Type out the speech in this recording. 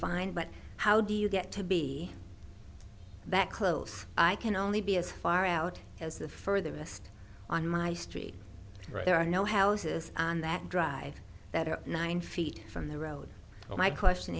fine but how do you get to be that close i can only be as far out as the further west on my street there are no houses on that drive that are nine feet from the road so my question